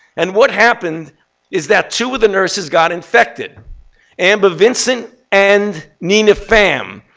and what happened is that two of the nurses got infected amber vinson and nina pham.